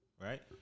Right